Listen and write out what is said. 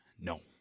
no